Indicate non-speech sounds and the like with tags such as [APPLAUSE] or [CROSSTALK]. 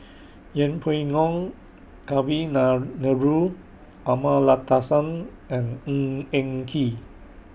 [NOISE] Yeng Pway Ngon Kavignareru Amallathasan and Ng Eng Kee